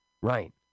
Right